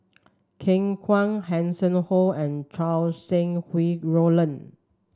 Ken Kwek Hanson Ho and Chow Sau Hai Roland